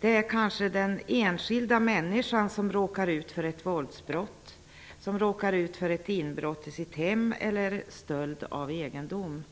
är kanske den enskilda människan som råkar ut för ett våldsbrott, som råkar ut för ett inbrott i sitt hem eller för stöld av sin egendom.